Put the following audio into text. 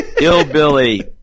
Ill-billy